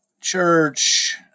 church